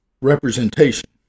representation